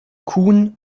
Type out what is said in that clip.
kuhn